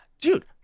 dude